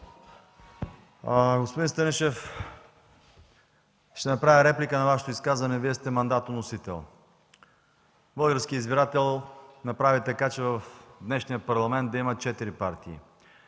Господин Станишев, ще направя реплика към Вашето изказване. Вие сте мандатоносител. Българският избирател направи така, че в днешния Парламент има четири партии.